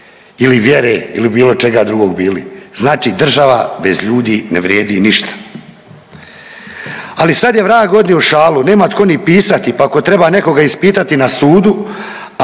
ili vjere ili bilo čega drugog bili, znači država bez ljudi ne vrijedi ništa. Ali sad je vrag odnio šalu, nema tko ni pisati, pa ako treba nekoga ispitati na sudu,